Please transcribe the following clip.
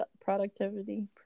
productivity